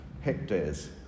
hectares